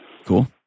Cool